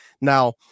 Now